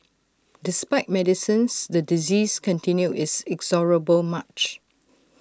despite medicines the disease continued its inexorable March